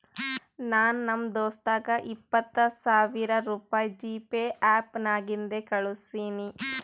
ನಾ ನಮ್ ದೋಸ್ತಗ ಇಪ್ಪತ್ ಸಾವಿರ ರುಪಾಯಿ ಜಿಪೇ ಆ್ಯಪ್ ನಾಗಿಂದೆ ಕಳುಸಿನಿ